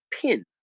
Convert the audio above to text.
pin